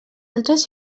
altres